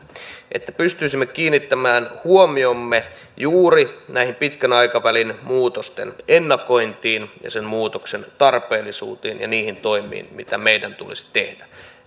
että pystyisimme kiinnittämään huomiomme juuri näiden pitkän aikavälin muutosten ennakointiin ja sen muutoksen tarpeellisuuteen ja niihin toimiin joita meidän tulisi tehdä